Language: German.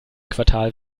quartal